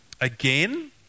Again